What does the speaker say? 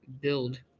build